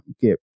get